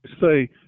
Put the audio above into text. say